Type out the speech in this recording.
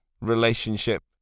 relationship